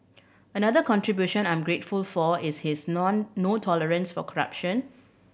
another contribution I'm grateful for is his none no tolerance for corruption